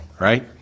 right